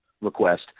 request